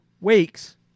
weeks